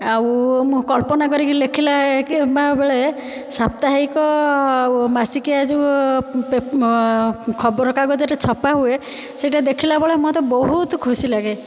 ଆଉ ମୁଁ କଳ୍ପନା କରିକି ଲେଖିଲା ବେଳେ ସାପ୍ତାହିକ ଆଉ ମାସିକିଆ ଯେଉଁ ଖବର କାଗଜରେ ଛପା ହୁଏ ସେଇଟା ଦେଖିଲା ବେଳେ ମତେ ବହୁତ ଖୁସି ଲାଗେ